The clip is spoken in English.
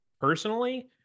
personally